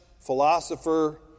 philosopher